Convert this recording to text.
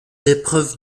épreuves